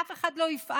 אף אחד לא יפעל,